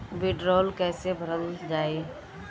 वीडरौल कैसे भरल जाइ?